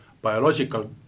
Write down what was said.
biological